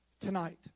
tonight